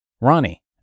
Ronnie